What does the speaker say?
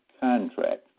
contract